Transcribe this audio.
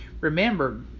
remember